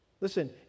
Listen